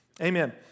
Amen